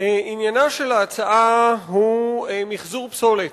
עניינה של ההצעה הוא מיחזור פסולת.